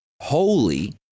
holy